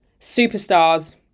superstars